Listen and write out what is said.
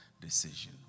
decision